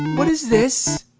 what is this!